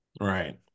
right